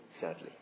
sadly